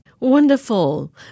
Wonderful